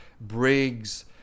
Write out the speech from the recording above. Briggs